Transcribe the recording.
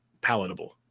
palatable